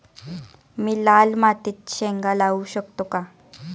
मी लाल मातीत शेंगा लावू शकतो का?